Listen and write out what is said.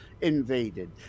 invaded